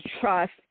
trust